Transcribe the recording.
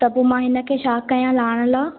त पोइ मां हिन खे छा कया लाइण लाइ